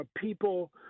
people